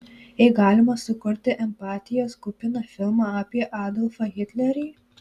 jei galima sukurti empatijos kupiną filmą apie adolfą hitlerį